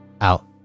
out